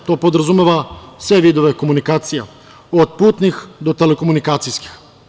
To podrazumeva sve vidove komunikacija, od putnih do telekomunikacijskih.